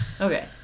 Okay